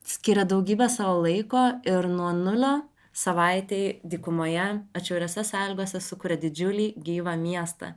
skiria daugybę savo laiko ir nuo nulio savaitei dykumoje atšiauriose sąlygose sukuria didžiulį gyvą miestą